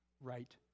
right